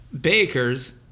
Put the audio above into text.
Baker's